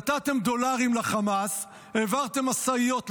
נתתם דולרים לחמאס, העברתם משאיות לחמאס,